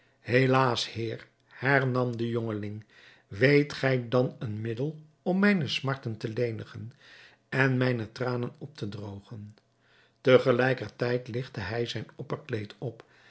helaas heer hernam de jongeling weet gij dan een middel om mijne smarten te lenigen en mijne tranen op te droogen te gelijker tijd ligtte hij zijn opperkleed op